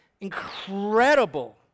incredible